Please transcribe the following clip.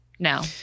no